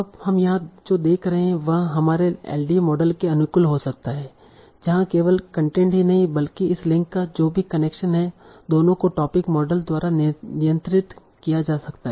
अब हम यहां जो देख रहे हैं वह हमारे एलडीए मॉडल के अनुकूल हो सकता है जहां केवल कन्टेंट ही नहीं बल्कि इस लिंक का जो भी कनेक्शन है दोनों को टोपिक मॉडल द्वारा नियंत्रित किया जा सकता है